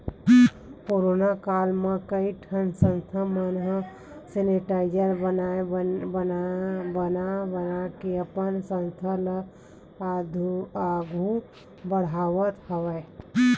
corona काल म कइ ठन संस्था मन ह सेनिटाइजर बना बनाके अपन संस्था ल आघु बड़हाय हवय